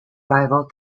rival